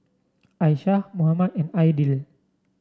Aishah Muhammad and Aidil